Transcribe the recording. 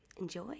Enjoy